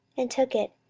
and took it,